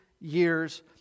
years